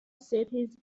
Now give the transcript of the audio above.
cities